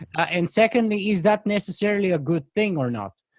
and secondly is that necessarily a good thing or not?